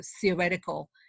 theoretical